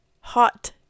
hot